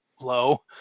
low